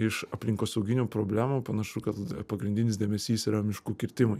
iš aplinkosauginių problemų panašu kad pagrindinis dėmesys yra miškų kirtimai